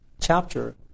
chapter